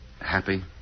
happy